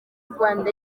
rwanda